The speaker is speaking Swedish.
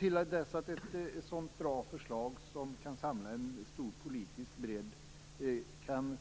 Till dess att ett sådant bra förslag, som samlar en politisk bredd, kan